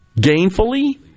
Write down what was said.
gainfully